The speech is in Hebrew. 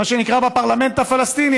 מה שנקרא, בפרלמנט הפלסטיני.